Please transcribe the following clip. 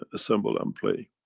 assemble and play.